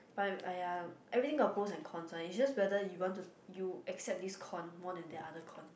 but !aiya! everything got pros and cons one it's just whether you want to you accept this con more than other con